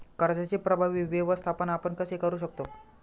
कर्जाचे प्रभावी व्यवस्थापन आपण कसे करु शकतो?